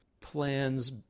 plans